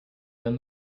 down